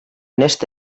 aquest